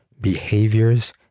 behaviors